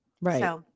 Right